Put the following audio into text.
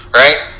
right